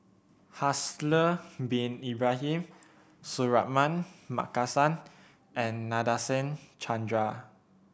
Haslir Bin Ibrahim Suratman Markasan and Nadasen Chandra